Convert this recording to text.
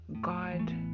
God